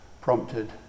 prompted